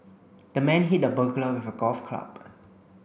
the man hit the burglar with a golf club